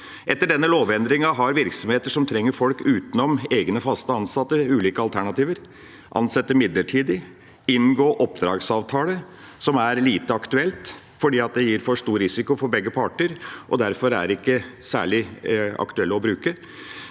Etter denne lovendringa har virksomheter som trenger folk utenom egne faste ansatte, ulike alternativer: – ansette midlertidig – inngå oppdragsavtale, noe som er lite aktuelt fordi det gir for stor risiko for begge parter – bruke bemanningsforetak etter unntaket